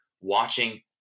watching